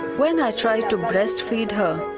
when i tried to breastfeed her,